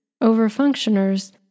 Over-functioners